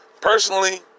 Personally